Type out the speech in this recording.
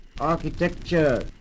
architecture